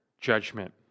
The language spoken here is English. judgment